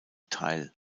teil